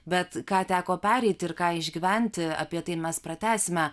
bet ką teko pereiti ir ką išgyventi apie tai mes pratęsime